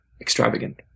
extravagant